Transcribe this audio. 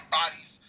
bodies